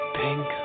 pink